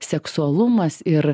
seksualumas ir